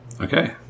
Okay